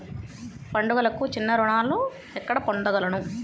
పండుగలకు చిన్న రుణాలు ఎక్కడ పొందగలను?